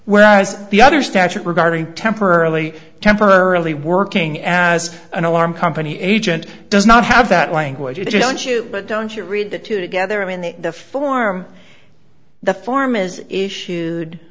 whereas the other statute regarding temporarily temporarily working as an alarm company agent does not have that language you don't you but don't you read the two together in the form the form is issued